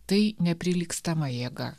tai neprilygstama jėga